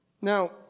Now